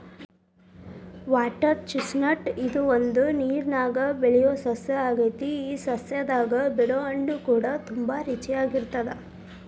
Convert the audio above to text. water chestnut ಇದು ಒಂದು ನೇರನ್ಯಾಗ ಬೆಳಿಯೊ ಸಸ್ಯ ಆಗೆತಿ ಈ ಸಸ್ಯದಾಗ ಬಿಡೊ ಹಣ್ಣುಕೂಡ ತುಂಬಾ ರುಚಿ ಇರತ್ತದ